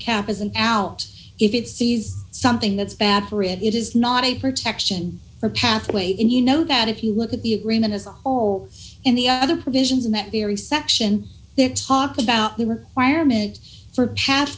cap as an out if it sees something that's bad for it is not a protection for pathway and you know that if you look at the agreement as a whole in the other provisions in that very section there talk about the requirement for